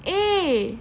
eh